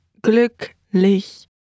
glücklich